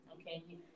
okay